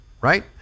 right